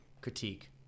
critique